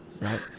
right